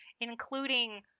including